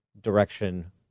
direction